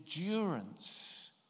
endurance